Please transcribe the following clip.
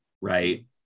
right